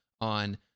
on